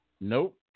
Nope